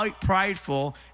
prideful